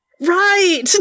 Right